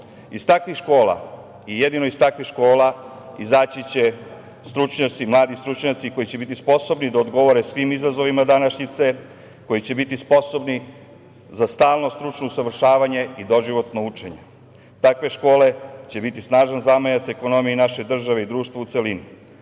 takvih škola i jedino iz takvih škola izaći će stručnjaci, mladi stručnjaci koji će biti sposobni da odgovore svim izazovima današnjice, koji će biti sposobni za stalno stručno usavršavanje i doživotno učenje. Takve škole će biti snažan zamajac ekonomiji naše države i društva u celini.